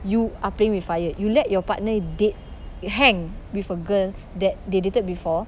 you are playing with fire you let your partner date hang with a girl that they dated before